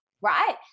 right